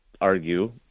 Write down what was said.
argue –